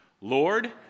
Lord